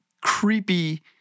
creepy